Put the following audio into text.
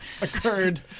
occurred